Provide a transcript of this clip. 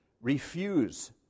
refuse